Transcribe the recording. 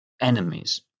enemies